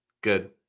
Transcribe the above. Good